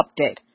update